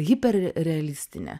hiper realistinę